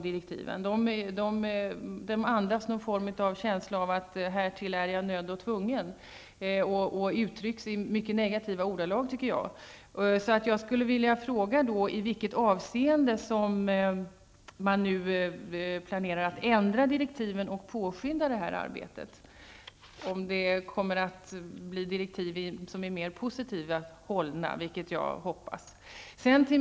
De andas någon form av känsla av att härtill är jag nödda och tvungen, och de uttrycks i mycket negativa ordalag. Jag skulle vilja fråga i vilket avseende som man nu planerar att ändra direktiven och påskynda detta arbete, om direktiven kommer att bli mer positivt hållna, vilket jag hoppas.